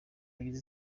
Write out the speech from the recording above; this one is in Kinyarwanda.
bagize